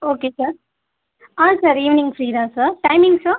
okay sir ah sir evening free தான் sir timing sir